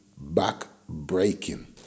back-breaking